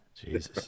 Jesus